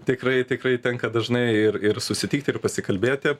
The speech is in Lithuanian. tikrai tikrai tenka dažnai ir ir susitikti ir pasikalbėti